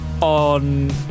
on